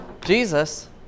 jesus